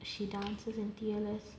she dances in T_L_S